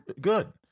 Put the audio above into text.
good